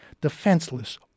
defenseless